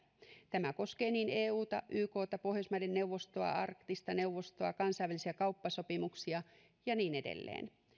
tämä koskee niin euta ykta pohjoismaiden neuvostoa arktista neuvosta kansainvälisiä kauppasopimuksia ja niin edelleen